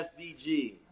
SVG